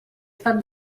estat